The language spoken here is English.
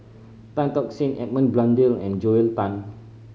Tan Tock Seng Edmund Blundell and Joel Tan